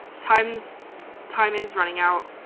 times time is running out